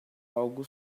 algo